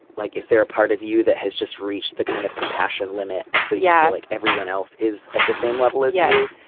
like is there a part of you that has just reached the kind of compassion limit. and so yeah like everyone else is at the same level as you.